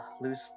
lose